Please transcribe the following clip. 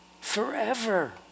forever